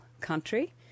country